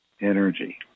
energy